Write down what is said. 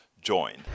join